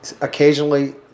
occasionally